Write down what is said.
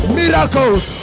miracles